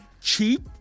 cheap